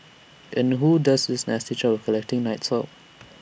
and who does this nasty job of collecting night soil